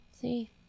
See